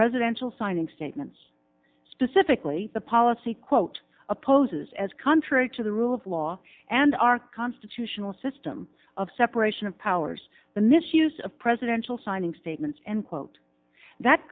presidential signing statements specifically the policy quote opposes as contrary to the rule of law and our constitutional system of separation of powers the misuse of presidential signing statements and quote that